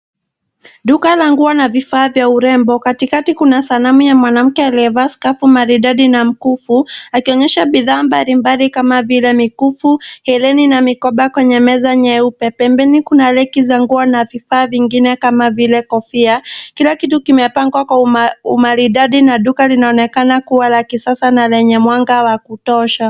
Duka la nguo, na vifaa vya urembo, katikati kuna sanamu ya mwanamke aliyevaa skafu maridadi, na mkufu, akionyesha bidhaa mbalimbali kama vile mikufu, hereni, na mikoba kwenye meza nyeupe. Pembeni kuna reki za nguo, na vifaa vingine kama vile kofia. Kila kitu kimepangwa kwa umma, umaridadi na duka linaonekana kuwa la kisasa na lenye mwanga wa kutosha.